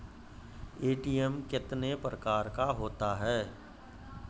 ATM कितने प्रकार का होता हैं?